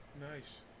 Nice